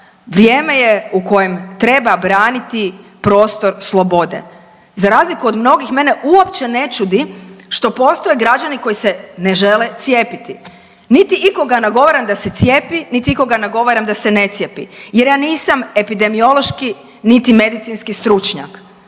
vrijeme je u kojem treba braniti prostor slobode. Za razliku od mnogih mene uopće ne čudi što postoje građani koji se ne žele cijepiti, niti ikoga nagovaram da se cijepi, niti ikoga nagovaram da se ne cijepi jer ja nisam epidemiološki niti medicinski stručnjak.